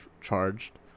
Charged